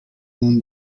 nun